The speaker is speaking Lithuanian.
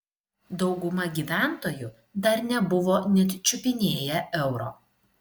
dauguma gyventojų dar nebuvo net čiupinėję euro